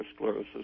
atherosclerosis